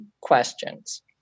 questions